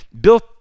built